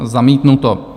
Zamítnuto.